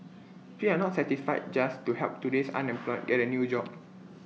we are not satisfied just to help today's unemployed get A new job